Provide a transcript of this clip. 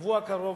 בשבוע הקרוב,